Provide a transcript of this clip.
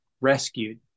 rescued